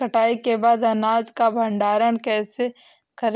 कटाई के बाद अनाज का भंडारण कैसे करें?